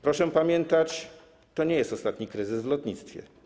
Proszę pamiętać, że to nie jest ostatni kryzys w lotnictwie.